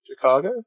Chicago